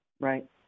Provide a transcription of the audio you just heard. Right